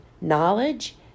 knowledge